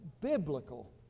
biblical